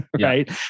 right